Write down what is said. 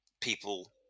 people